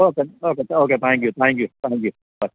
okay okay thank you thank you thank you ആ